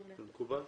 זה מקובל?